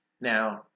Now